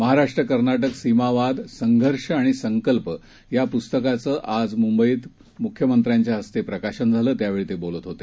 महाराष्ट्रकर्नाटकसीमावाद संघर्षआणिसंकल्पयापुस्तकाचंआजमुंबईतमुख्यमंत्र्यांच्याहस्तेप्रकाशनझालं त्यावेळीतेबोलतहोते